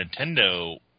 Nintendo